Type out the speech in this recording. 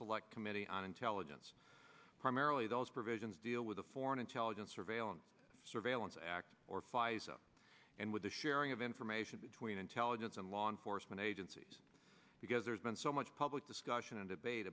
select committee on intelligence primarily those provisions deal with the foreign intelligence surveillance surveillance act or pfizer and with the sharing of information between intelligence and law enforcement agencies because there's been so much public discussion and debate